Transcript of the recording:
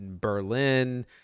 Berlin